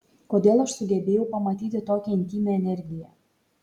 kodėl aš sugebėjau pamatyti tokią intymią energiją